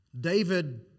David